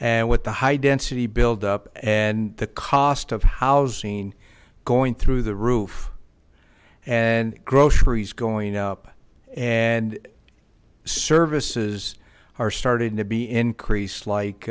and what the high density build up and the cost of housing going through the roof and groceries going up and services are starting to be increase